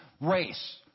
race